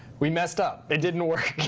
we messed up. it didn't work.